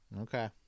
Okay